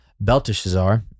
Belteshazzar